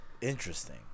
Interesting